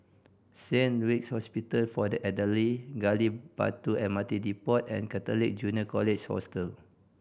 Saint Luke's Hospital for the Elderly Gali Batu M R T Depot and Catholic Junior College Hostel